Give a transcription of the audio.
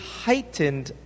heightened